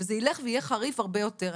וזה ילך ויהיה חריף הרבה יותר.